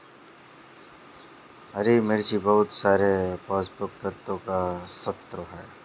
हरी मिर्च बहुत सारे पोषक तत्वों का स्रोत है